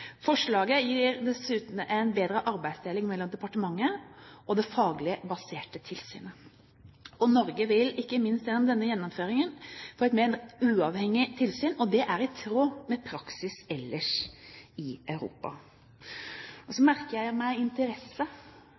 Forslaget gir dessuten en bedre arbeidsdeling mellom departementet og det faglig baserte tilsynet, og Norge vil, ikke minst med denne gjennomføringen, få et mer uavhengig tilsyn. Det er i tråd med praksis ellers i Europa. Så merker jeg meg